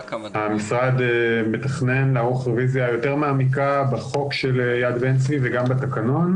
המשרד מתכנן לערוך רביזיה יותר מעמיקה בחוק של יד בן-צבי וגם בתקנון.